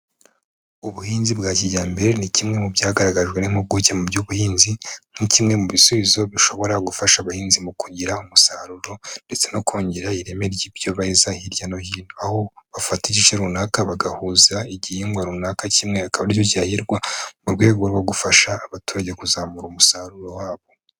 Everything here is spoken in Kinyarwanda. Ubuhinzi bwa kijyambere ni kimwe mu byagaragajwe n'impuguke mu by'ubuhinzi nka kimwe mu bisubizo bishobora gufasha abahinzi mu kugira umusaruro ndetse no kongera ireme ry'ibyo beza hirya no hino, aho bafata igice runaka bagahuza igihingwa runaka kimwe akaba aricyo cyahirwa mu rwego rwo gufasha abaturage kuzamura umusaruro wabo.